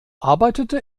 arbeitete